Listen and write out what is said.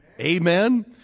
Amen